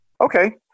Okay